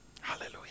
Hallelujah